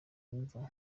imva